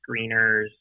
screeners